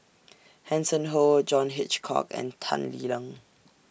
Hanson Ho John Hitchcock and Tan Lee Leng